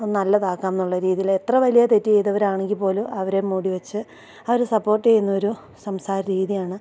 നല്ലതാക്കാമെന്നുള്ള രീതിയില് എത്ര വലിയ തെറ്റ് ചെയ്തവരാണെങ്കില്പ്പോലും അവരെ മൂടിവെച്ച് അവരെ സപ്പോർട്ട് ചെയ്യുന്ന ഒരു സംസാരരീതിയാണ്